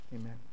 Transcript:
Amen